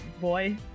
boy